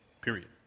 Period